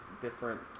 different